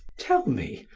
tell me,